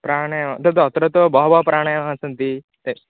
प्राणायामाः तद् अत्र तु बहवः प्राणायामाः सन्ति ते